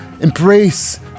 embrace